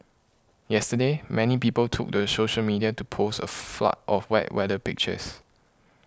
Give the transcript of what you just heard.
yesterday many people took to social media to post a flood of wet weather pictures